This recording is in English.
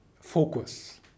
focus